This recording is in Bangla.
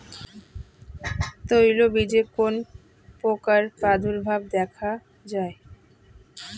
তৈলবীজে কোন পোকার প্রাদুর্ভাব দেখা যায়?